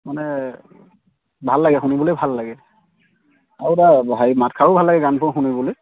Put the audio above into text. মানে ভাল লাগে শুনিবলৈ ভাল লাগে আৰু তাৰ হৰি মাতষাৰো ভাল লাগে গানবোৰ শুনিবলৈ